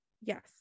yes